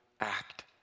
act